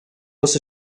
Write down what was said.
was